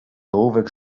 ołówek